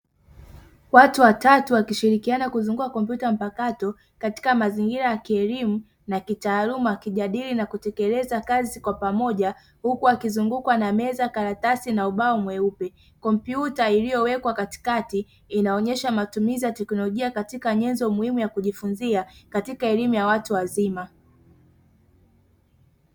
Watu watatu wakishilikiana kuzunguka kompyuta mpakato katika mazingira ya kielimu na kitaaluma wakijadili na kutekeleza kazi kwa pamoja huku wakizungukwa na meza, karatasi na ubao mweupe, kompyuta iliyowekwa katikati inaonyesha matumizi ya teknolojia katika nyenzo muhimu ya kujifunzia katika elimu ya watu wazima.